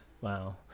wow